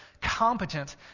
competent